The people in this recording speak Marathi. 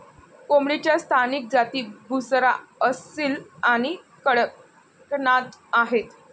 कोंबडीच्या स्थानिक जाती बुसरा, असील आणि कडकनाथ आहेत